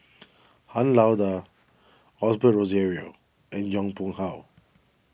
Han Lao Da Osbert Rozario and Yong Pung How